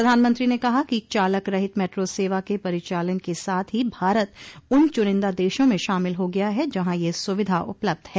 प्रधानमंत्री ने कहा कि चालक रहित मेट्रो सेवा के परिचालन के साथ ही भारत उन चुनिंदा देशों में शामिल हो गया है जहां ये सुविधा उपलब्ध है